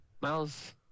Miles